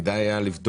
היה כדאי לבדוק